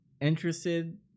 interested